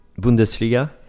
Bundesliga